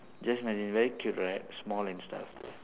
just imagine very cute right small and stuff